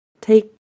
take